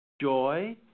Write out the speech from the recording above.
joy